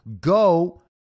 go